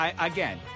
Again